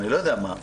אני לא יודע מה.